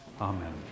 Amen